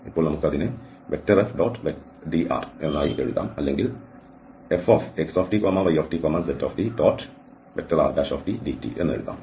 ഇപ്പോൾ നമുക്ക് അതിനെ F⋅dr ആയി എഴുതാം അല്ലെങ്കിൽ Fxtytztrdt എന്ന് എഴുതാം